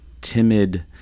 timid